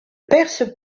perce